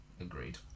agreed